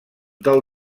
del